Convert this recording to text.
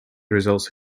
results